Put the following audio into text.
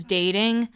dating